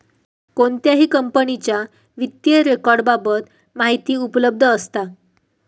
कोणत्याही कंपनीच्या वित्तीय रेकॉर्ड बाबत माहिती उपलब्ध असता